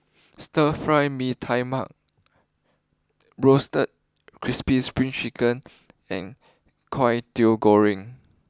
Stir Fried Mee Tai Mak Roasted Crispy Spring Chicken and Kway Teow Goreng